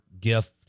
gift